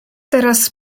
teraz